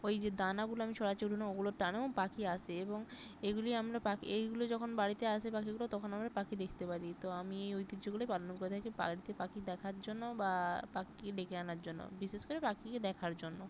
ওই যে দানাগুলো আমি ছড়াচ্ছি উঠোনে ওগুলোর টানেও পাখি আসে এবং এগুলি আমরা পাখি এইগুলো যখন বাড়িতে আসে পাখিগুলো তখন আমরা পাখি দেখতে পারি তো আমি এই ঐতিহ্যগুলোই পালন করে থাকি বাড়িতে পাখি দেখার জন্য বা পাকি ডেকে আনার জন্য বিশেষ করে পাখিকে দেখার জন্য